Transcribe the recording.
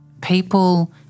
People